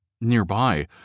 Nearby